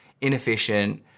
inefficient